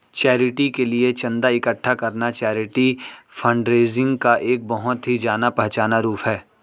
charity के लिए चंदा इकट्ठा करना चैरिटी फंडरेजिंग का एक बहुत ही जाना पहचाना रूप है